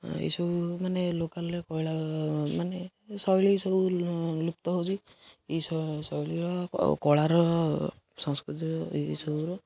ଏସବୁ ମାନେ ଲୋକାଲରେ କଳା ମାନେ ଶୈଳୀ ସବୁ ଲୁପ୍ତ ହେଉଛି ଏ ଶୈଳୀର କଳାର ସଂସ୍କୃତି ଏସବୁର